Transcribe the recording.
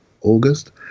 August